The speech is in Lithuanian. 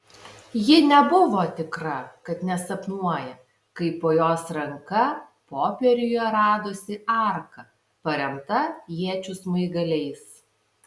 ji nebuvo tikra kad nesapnuoja kai po jos ranka popieriuje radosi arka paremta iečių smaigaliais